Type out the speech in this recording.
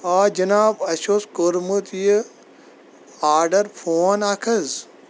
آ جِناب اَسہِ اوس کوٚرمُت یہِ آرڈر فون اکھ حظ